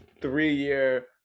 three-year